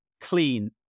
clean